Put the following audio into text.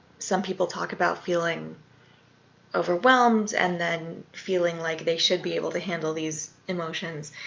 some people talk about feeling overwhelmed and then feeling like they should be able to handle these emotions.